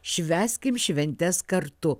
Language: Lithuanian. švęskim šventes kartu